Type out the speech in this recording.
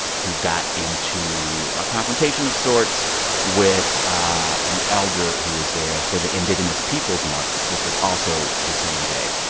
who got into a confrontation of sorts with ah an elder who was there for the indigenous peoples march, which was also the same day.